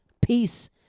Peace